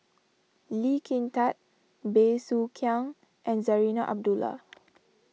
Lee Kin Tat Bey Soo Khiang and Zarinah Abdullah